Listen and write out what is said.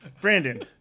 Brandon